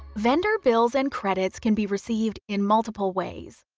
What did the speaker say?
vendor bills and credits can be received in multiple ways.